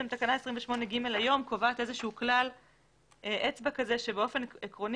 תקנה 28ג היום קובעת איזשהו כלל אצבע שבאופן עקרוני